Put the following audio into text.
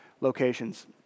locations